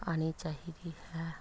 ਆਉਣੀ ਚਾਹੀਦੀ ਹੈ